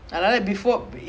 oh